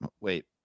wait